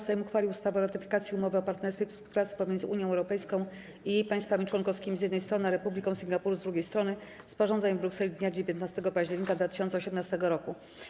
Sejm uchwalił ustawę o ratyfikacji Umowy o partnerstwie i współpracy pomiędzy Unią Europejską i jej państwami członkowskimi, z jednej strony, a Republiką Singapuru, z drugiej strony, sporządzonej w Brukseli dnia 19 października 2018 r.